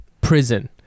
prison